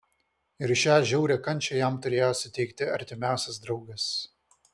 ir šią žiaurią kančią jam turėjo suteikti artimiausias draugas